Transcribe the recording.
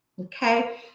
Okay